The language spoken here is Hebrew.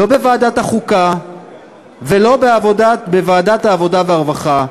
לא בוועדת החוקה ולא בוועדת העבודה והרווחה,